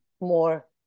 more